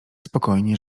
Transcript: spokojnie